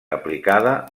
aplicada